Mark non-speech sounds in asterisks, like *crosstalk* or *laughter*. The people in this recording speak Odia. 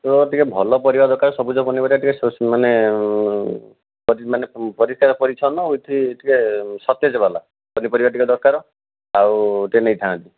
*unintelligible* ଟିକିଏ ଭଲ ପରିବା ଦରକାର ସବୁଜ ପନିପରିବା ଟିକିଏ ମାନେ ପରିଷ୍କାର ପରିଚ୍ଛନ୍ନ ଉଇଥ୍ ଟିକିଏ ସତେଜ ବାଲା ପନିପରିବା ଟିକିଏ ଦରକାର ଆଉ ଟିକିଏ ନେଇଥାନ୍ତି